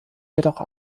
jedoch